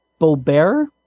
Bobert